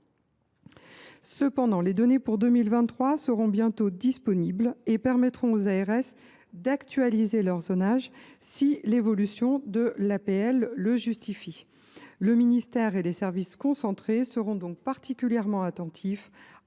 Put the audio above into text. Cependant, les données pour 2023 seront bientôt disponibles : elles permettront aux ARS d’actualiser leur zonage si l’évolution de l’APL le justifie. Le ministère et les services déconcentrés seront donc particulièrement attentifs